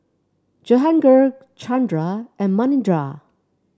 Jehangirr Chandra and Manindra